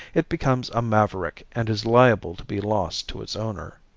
it becomes a maverick and is liable to be lost to its owner.